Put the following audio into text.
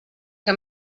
que